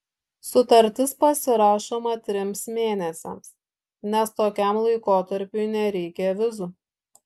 sutartis pasirašoma trims mėnesiams nes tokiam laikotarpiui nereikia vizų